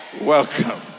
Welcome